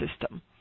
system